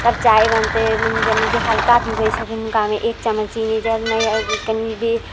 तब चाय बनतै जे हल्का पीबैत छथिन हुनकामे एक चम्मच चीनी जे नहि कनि भी